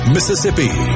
Mississippi